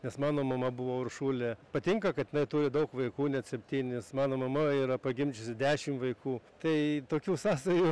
nes mano mama buvo uršulė patinka kad jinai turi daug vaikų net septynis mano mama yra pagimdžiusi dešim vaikų tai tokių sąsajų